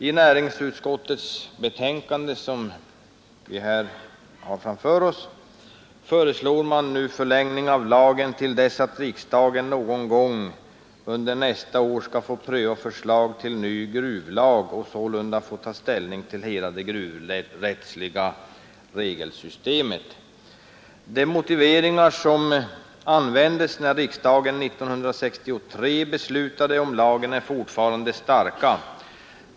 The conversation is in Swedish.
I näringsutskottets betänkande föreslås nu förlängning av lagen till dess att riksdagen någon gång under nästa år skall få pröva ett förslag till ny gruvlag och sålunda ta ställning till hela det gruvrättsliga regelsystemet. De motiveringar som anfördes när riksdagen 1963 beslutade om lagen är fortfarande starka.